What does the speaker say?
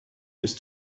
ist